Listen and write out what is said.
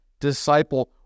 disciple